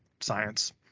science